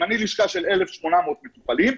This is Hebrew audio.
אם אני לישכה של 1,800 מטופלים,